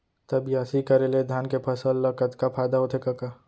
त बियासी करे ले धान के फसल ल कतका फायदा होथे कका?